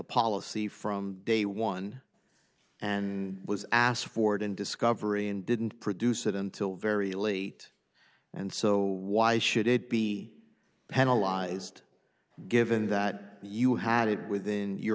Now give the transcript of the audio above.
policy from day one and was asked for it in discovery and didn't produce it until very late and so why should it be penalize given that you had it within your